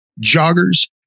joggers